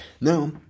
Now